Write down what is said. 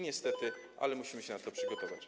Niestety musimy się na to przygotować.